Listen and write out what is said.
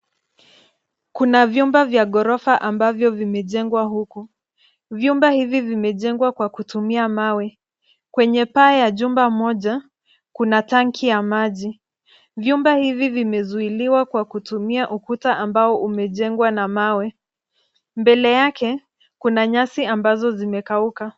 Kuna vyumba vya ghorofa ambavyo vimejengwa huku. Vyumba hivi vimejengwa kwa kutumia mawe. Kwenye paa ya jumba moja kuna [ tanki ya maji. Vyumba hivi vimezuiliwa kwa kutumia ukuta ambao umejengwa na mawe. Mbele yake kuna nyasi ambazo zimekauka.